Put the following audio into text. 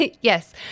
Yes